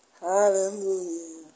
Hallelujah